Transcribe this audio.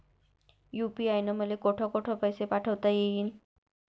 UPI न मले कोठ कोठ पैसे पाठवता येईन?